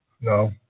No